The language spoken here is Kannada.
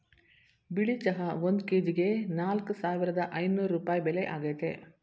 ಬಿಳಿ ಚಹಾ ಒಂದ್ ಕೆಜಿಗೆ ನಾಲ್ಕ್ ಸಾವಿರದ ಐನೂರ್ ರೂಪಾಯಿ ಬೆಲೆ ಆಗೈತೆ